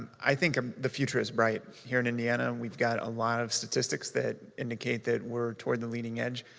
i think um the future is bright. here in indiana, we've got a lot of statistics that indicate that we're toward the leading edge,